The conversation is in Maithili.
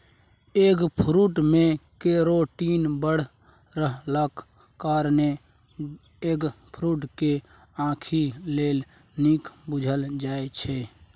एगफ्रुट मे केरोटीन बड़ रहलाक कारणेँ एगफ्रुट केँ आंखि लेल नीक बुझल जाइ छै